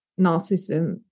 narcissism